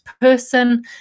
person